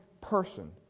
person